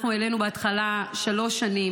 אנחנו העלינו בהתחלה שלוש שנים,